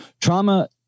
Trauma